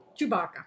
Chewbacca